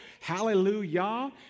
Hallelujah